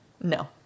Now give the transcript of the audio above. No